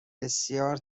بسیار